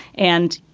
and,